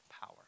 power